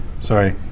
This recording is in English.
Sorry